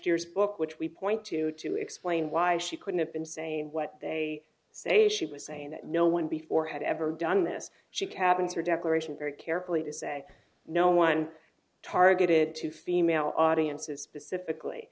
steers book which we point to to explain why she couldn't have been saying what they say she was saying that no one before had ever done this she kept her declaration very carefully to say no one targeted to female audiences specifically